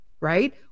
right